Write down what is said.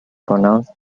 pronounced